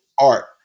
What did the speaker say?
art